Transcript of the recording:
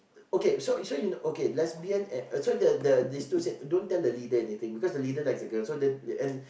okay so so you know okay lesbian and so the the these two said don't tell the leader anything because the leader likes the girl so the and